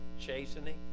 chastening